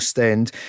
end